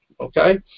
Okay